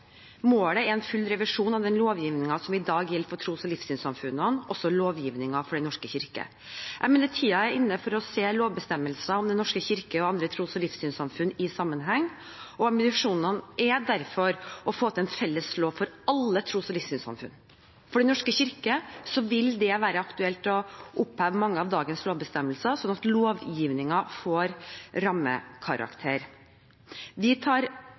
Målet er en full revisjon av den lovgivningen som i dag gjelder for tros- og livssynssamfunnene, også lovgivningen for Den norske kirke. Jeg mener tiden er inne for å se lovbestemmelser om Den norske kirke og andre tros- og livssynssamfunn i sammenheng. Ambisjonen er derfor å få til en felles lov for alle tros- og livssynssamfunn. For Den norske kirke vil det være aktuelt å oppheve mange av dagens lovbestemmelser, slik at lovgivningen får rammekarakter. Vi tar